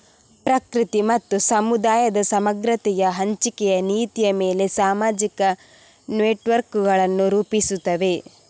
ಪ್ರಕೃತಿ ಮತ್ತು ಸಮುದಾಯದ ಸಮಗ್ರತೆಯ ಹಂಚಿಕೆಯ ನೀತಿಯ ಮೇಲೆ ಸಾಮಾಜಿಕ ನೆಟ್ವರ್ಕುಗಳನ್ನು ರೂಪಿಸುತ್ತವೆ